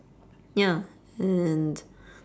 ya and